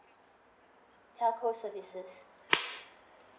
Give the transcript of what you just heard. telco services